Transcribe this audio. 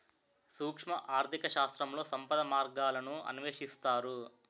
సూక్ష్మ అర్థశాస్త్రంలో సంపద మార్గాలను అన్వేషిస్తారు